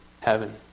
heaven